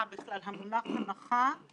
כידוע, בשל התפזרות